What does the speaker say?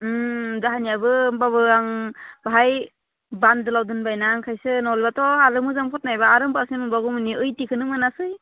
ओम जोंहानियाबो होम्बाबो आं बाहाय बान्दोलाव दोनबाय ना ओंखायसो नङालाथ' आगोलाव मोजां फरायनायबा मोजां मोनबावगौमोन बियो ओइटिखौनो मोनाखै